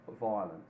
violence